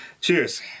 Cheers